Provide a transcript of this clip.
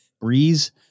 breeze